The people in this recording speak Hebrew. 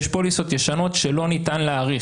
יש פוליסות ישנות שלא ניתן להאריך.